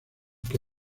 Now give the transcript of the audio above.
que